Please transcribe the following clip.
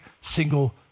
single